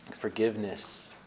Forgiveness